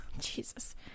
jesus